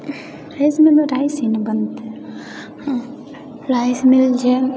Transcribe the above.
rice मिलमे rice ही ने बनतै राइस मिल छै